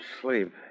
sleep